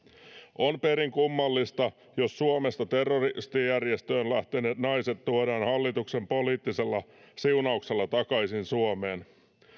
on perin kummallista jos suomesta terroristijärjestöön lähteneet naiset tuodaan hallituksen poliittisella siunauksella takaisin suomeen